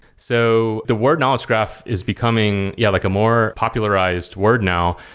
so the word knowledge graph is becoming, yeah, like a more popularized word now.